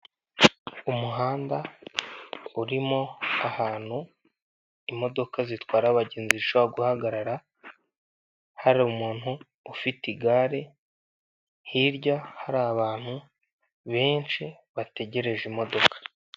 Umuhanda urimo ahantu imodoka zitwara abagenzi zishobora guhagarara hari umuntu ufite igare hirya hari abantu benshi bategereje imodoka